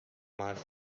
mar